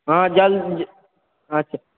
हँ जल्दी अच्छा